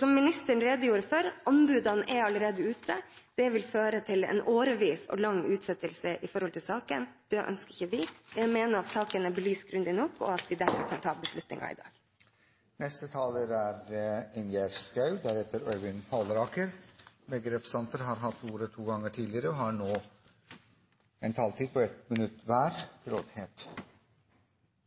Som ministeren redegjorde for: Anbudene er allerede ute. Det vil føre til en årelang utsettelse av saken. Det ønsker ikke vi. Jeg mener at saken er belyst grundig nok, og at vi derfor kan ta beslutningen i dag. Representanten Ingjerd Schou har hatt ordet to ganger tidligere og får ordet til en kort merknad, begrenset til 1 minutt.